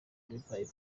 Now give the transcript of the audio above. revival